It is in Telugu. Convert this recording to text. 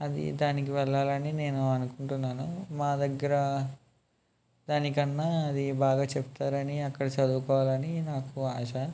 అది దానికి వెళ్ళాలని నేను అనుకుంటున్నాను మా దగ్గర దాని కన్నా అది బాగా చెప్తారని అది అక్కడ చదువుకోవాలని నాకు ఆశ